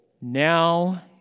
now